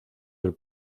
del